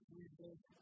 Jesus